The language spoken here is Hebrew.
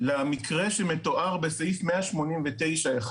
למקרה שמתואר בסעיף 189(1),